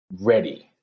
ready